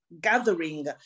gathering